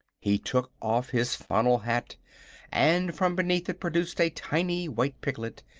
he took off his funnel hat and from beneath it produced a tiny white piglet,